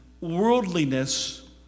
worldliness